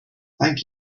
thank